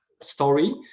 story